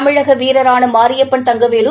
தமிழக வீரரான மாரியப்பன் தங்கவேலு